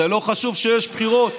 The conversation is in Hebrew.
זה לא חשוב שיש בחירות.